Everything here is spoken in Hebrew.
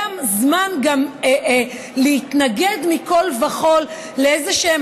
זה הזמן להתנגד מכול וכול לאיזשהן